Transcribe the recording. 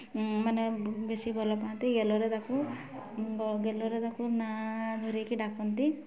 ମାନେ ବେଶି ଭଲପାଆନ୍ତି ଗେଲରେ ତାକୁ ଗେଲରେ ତାକୁ ନାଁ ଧରିକି ଡାକନ୍ତି